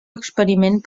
experiment